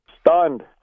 Stunned